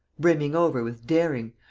brimming over with daring,